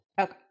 Okay